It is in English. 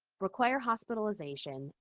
require hospitalization,